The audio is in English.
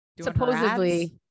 supposedly